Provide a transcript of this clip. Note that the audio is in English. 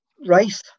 race